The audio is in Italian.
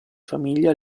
famiglia